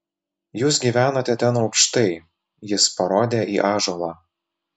jūs gyvenate ten aukštai jis parodė į ąžuolą